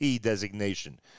designation